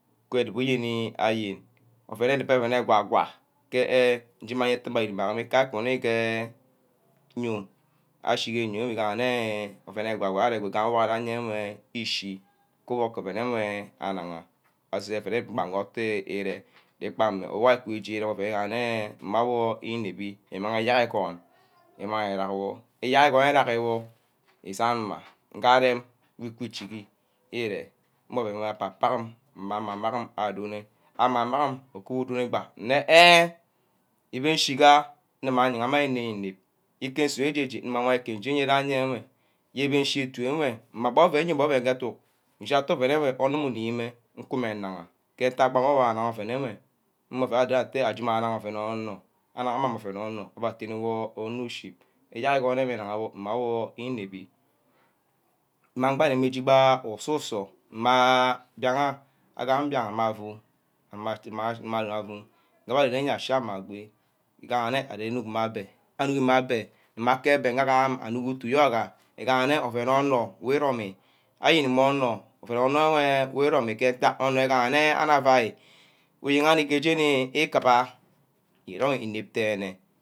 Ked ngwu yene ayen, ouen edup, ouen egwa-gwa ke eh njeme ke oduma ga akuni ke nyioi, ashigeh nyeiigaha nne yene ntack eqwa aye meh ishi, kubock ouen enwe anagha aseh ke ojen oh gbageh itoh irear, je kpagan ameh iganne arije irem mmeh awor ke odum ouen ewe agam, enwe agam ne isimi rener wor, ikpamge onor inep-inep, iteh wor inebbi ishineh kake orong akumah ke agad iyeah. iyene akuba, egad enwe igaha nne egwon ishi gee izome eh ntag ibene-bere abbeh amang mah ouen gee ko izome am isigi nna nne isunor ma ke izome, nga areme igahane wu ki chigi ke ere, igane, igahane nashi ga fu, borno nsort wer anuck utu ayo wor edubor zenh ke ouen ohor aseh, asaga sen ke ren onor aseh, asaga sen ke den onor ke wan wor ouid ined, me sai onorum jage aneh yo yene ajiga zen ke ren omor, imeh rem wor anuck, awor nnege aseh zen ke ren onor iwun-wor adorn, iwun-wor adorn, iwun-wor adorn ireme iyeah, ereme ikana ouen wor abbe atenne mani je ameh, mma aua aseh ke nsort idengi mani ishiga ameh ke nsort, mani enwe egod-egod enwe, egod-egod enwe ishwao